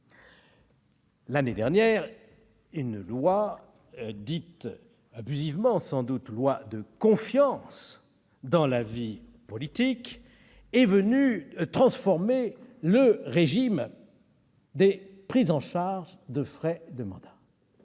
L'année dernière, une loi dite, abusivement sans doute, « loi pour la confiance dans la vie politique » est venue transformer le régime des prises en charge des frais de mandat.